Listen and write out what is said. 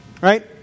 Right